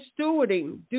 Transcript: stewarding